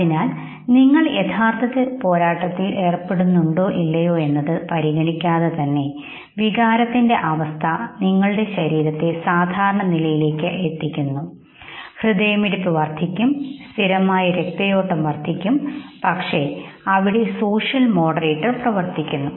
അതിനാൽ നിങ്ങൾ യഥാർത്ഥ പോരാട്ടത്തിൽ ഏർപ്പെടുന്നുണ്ടോ ഇല്ലയോ എന്നത് പരിഗണിക്കാതെ തന്നെ വികാരത്തിന്റെ അവസ്ഥ നിങ്ങളുടെ ശരീരത്തെ സാധാരണ നിലയിലേക്ക് എത്തിക്കുന്നു ഹൃദയമിടിപ്പ് വർദ്ധിക്കും സ്ഥിരമായി രക്തയോട്ടം വർദ്ധിക്കും പക്ഷേ അവിടെ സോഷ്യൽ മോഡറേറ്റർ പ്രവർത്തിക്കുന്നു